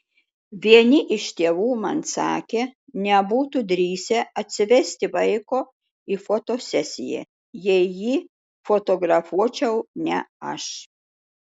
vieni iš tėvų man sakė nebūtų drįsę atsivesti vaiko į fotosesiją jei jį fotografuočiau ne aš